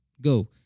go